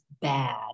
bad